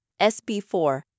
SB4